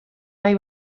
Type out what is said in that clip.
nahi